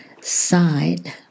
Side